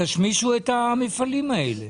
תשמישו את המפעלים האלה.